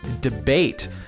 debate